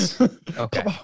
Okay